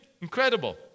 incredible